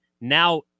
Now